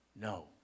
No